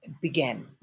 began